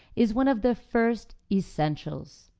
is one of the first essentials.